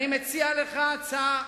אני מציע לך הצעה,